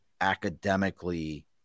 academically